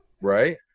right